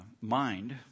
mind